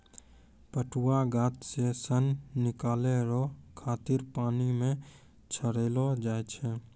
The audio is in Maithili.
पटुआ गाछ से सन निकालै रो खातिर पानी मे छड़ैलो जाय छै